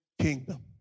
kingdom